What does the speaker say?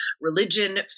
religion